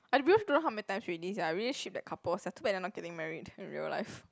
I rewatch don't know how many times already sia I really ship that couple sia too bad they are not getting married in real life